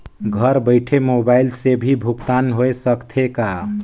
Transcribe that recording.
घर बइठे मोबाईल से भी भुगतान होय सकथे का?